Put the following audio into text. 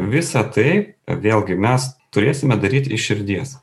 visa tai vėlgi mes turėsime daryt iš širdies